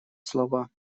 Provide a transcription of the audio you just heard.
слова